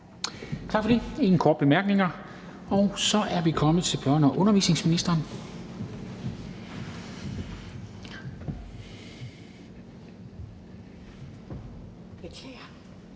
Tak for det. Der er ingen korte bemærkninger. Så er vi kommet til børne- og undervisningsministeren.